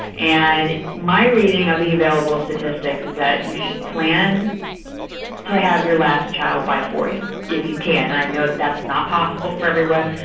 and my reading of the available statistics is that you should plan to have your last child by forty if you can, and i know that's not possible for everyone,